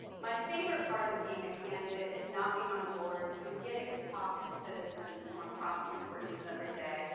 my favorite part of being a candidate is knocking on doors and getting to talk to citizens from across newport news every day.